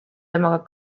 temaga